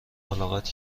ملاقات